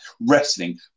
wrestling